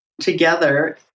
together